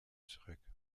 zurück